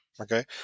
Okay